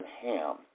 Ham